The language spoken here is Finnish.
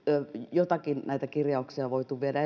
joitakin näistä kirjauksista on voitu viedä